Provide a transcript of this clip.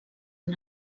amb